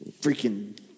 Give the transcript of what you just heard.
freaking